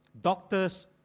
doctors